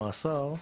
במאסר,